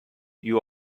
you